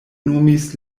nomis